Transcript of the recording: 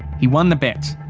he won the bet.